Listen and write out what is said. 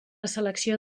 selecció